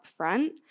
upfront